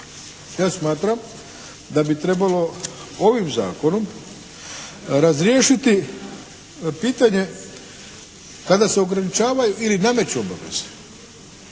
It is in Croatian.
Ja smatram da bi trebalo ovim zakonom razriješiti pitanje kada se ograničavaju ili nameću obaveze